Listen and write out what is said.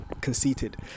conceited